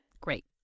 Great